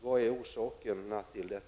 Vad är orsaken till detta?